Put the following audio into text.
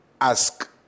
ask